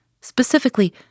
Specifically